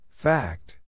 Fact